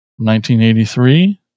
1983